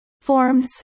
Forms